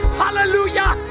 hallelujah